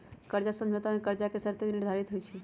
कर्जा समझौता में कर्जा के शर्तें निर्धारित होइ छइ